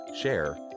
share